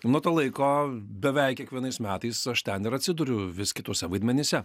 nuo to laiko beveik kiekvienais metais aš ten ir atsiduriu vis kituose vaidmenyse